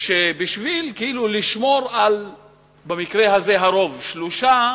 בשביל כאילו לשמור הרוב, במקרה הזה שלושה,